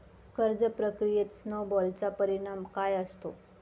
कर्ज प्रक्रियेत स्नो बॉलचा परिणाम काय असतो?